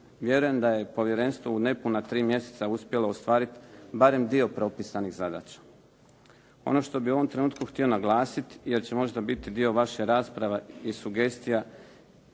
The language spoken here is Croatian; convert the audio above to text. Vjerujem da je povjerenstvo u nepuna tri mjeseca uspjelo ostvariti barem dio propisanih zadaća. Ono što bih u ovom trenutku htio naglasiti jer će možda biti dio vaše rasprave i sugestija